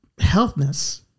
healthness